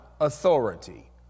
authority